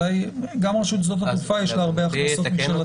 גם לרשות שדות התעופה יש הרבה הכנסות משל עצמה.